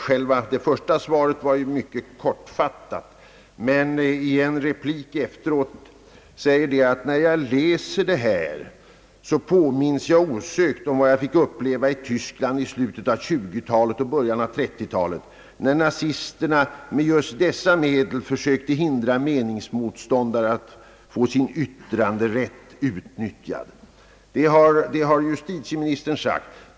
Justitieministerns första svar var då mycket kortfattat, men han yttrade i en replik något senare följande: »När jag läser detta påminns jag osökt om vad jag fick uppleva i Tyskland i slutet av 1920-talet och början av 1930-talet när nazisterna med just dessa medel försökte hindra sina meningsmotståndare att få sin yttranderätt utnyttjad.» Detta har justitieministern sagt.